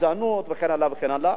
גזענות וכן הלאה וכן הלאה.